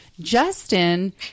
Justin